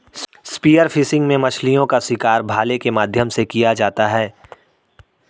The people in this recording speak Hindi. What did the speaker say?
स्पीयर फिशिंग में मछलीओं का शिकार भाले के माध्यम से किया जाता है